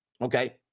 Okay